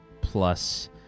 plus